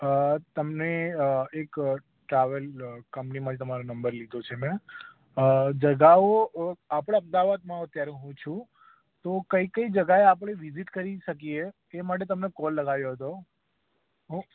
અ તમને એક ટ્રાવેલ કંપનીમાંથી તમારો નંબર લીધો છે મેં જગાઓ આપણે અમદાવાદમાં અત્યારે હું છું તો કઈ કઈ જગાએ આપણે વિઝીટ કરી શકીએ એ માટે તમને કોલ લગાવ્યો હતો